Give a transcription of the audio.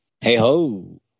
Hey-ho